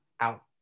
out